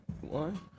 One